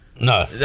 No